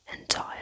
entire